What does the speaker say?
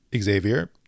Xavier